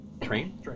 Train